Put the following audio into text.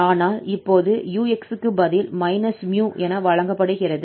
ஆனால் இப்போது 𝑢𝑥 க்கு பதில் −𝜇 என வழங்கப்படுகிறது